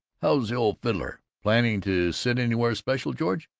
how's the old fiddler? planning to sit anywhere special, george?